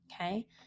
okay